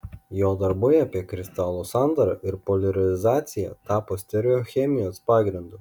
jo darbai apie kristalų sandarą ir poliarizaciją tapo stereochemijos pagrindu